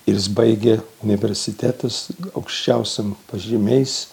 ir jis baigė universitetus aukščiausiam pažymiais